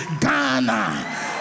Ghana